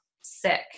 sick